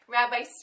Rabbi